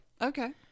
Okay